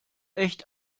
echt